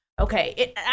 okay